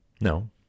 No